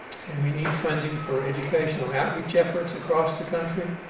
and we need funding for educational outreach efforts across the country,